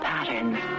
Patterns